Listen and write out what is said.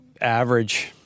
Average